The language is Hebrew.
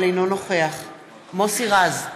אינו נוכח מוסי רז,